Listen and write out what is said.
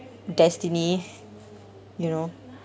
destiny you know